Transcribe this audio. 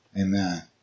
Amen